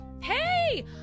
hey